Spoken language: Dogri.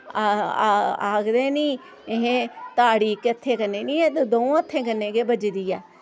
आखदे नि अहैं ताड़ी इक हत्थै कन्नै नि एह् ते द'ऊं हत्थें कन्नै गै बजदी ऐ